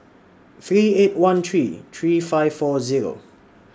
three eight one three three five four Zero